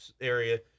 area